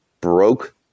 broke